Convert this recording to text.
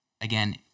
again